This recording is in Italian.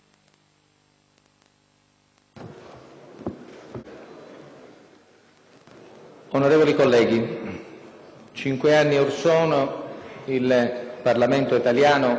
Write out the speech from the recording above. Onorevoli colleghi, cinque anni or sono, il Parlamento italiano